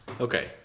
Okay